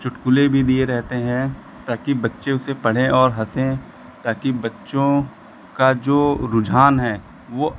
चुटकुले भी दिए रहते हैं ताकि बच्चे उसे पढ़ें और हंसें ताकि बच्चों का जो रुझान है वह